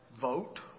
vote